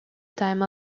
time